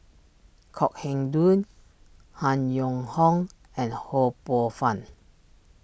Kok Heng Leun Han Yong Hong and Ho Poh Fun